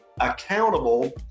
accountable